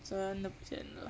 真的不见了